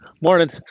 Morning